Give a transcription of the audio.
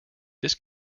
this